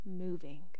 moving